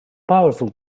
powerful